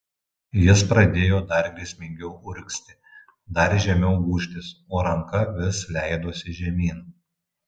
jis pradėjo dar grėsmingiau urgzti dar žemiau gūžtis o ranka vis leidosi žemyn